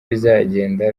bizagenda